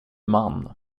man